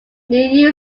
new